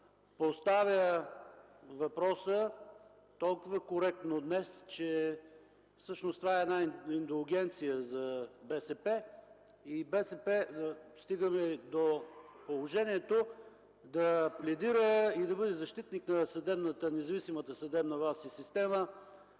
поставя въпроса толкова коректно днес – всъщност това е една индулгенция за БСП. БСП стига до положението да пледира и да бъде защитник на независимата съдебна власт и система